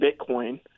bitcoin